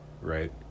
right